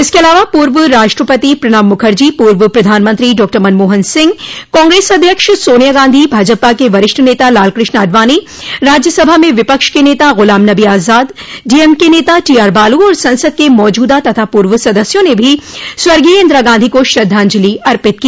इसके अलावा पूर्व राष्ट्रपति प्रणब मुखर्जी पूर्व प्रधानमंत्री डॉक्टर मनमोहन सिंह कांग्रेस अध्यक्ष सोनिया गांधी भाजपा के वरिष्ठ नेता लालकृष्ण आडवाणी राज्यसभा में विपक्ष के नेता Ghulam Nabi Azad D M K नेता टी आर बालू और संसद के मौजूदा तथा पूर्व सदस्यों ने भी स्वर्गीय इंदिरा गांधी को श्रद्धांजलि अर्पित की